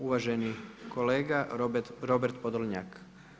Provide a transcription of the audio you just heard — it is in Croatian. Uvaženi kolega Robert Podolnjak.